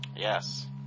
Yes